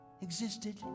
existed